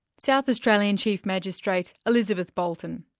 south australian chief magistrate, elizabeth bolton.